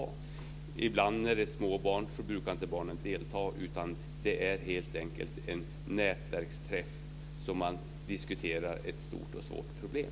När det ibland är små barn brukar inte barnen delta. Det är helt enkelt en nätverksträff där man diskuterar ett stort och svårt problem.